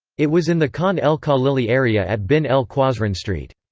it was in the khan el-khalili area at bin el-quasryn street.